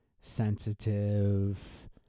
sensitive